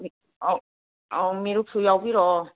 ꯑꯧ ꯑꯧ ꯃꯦꯔꯨꯛꯁꯨ ꯌꯥꯎꯕꯤꯔꯛꯑꯣ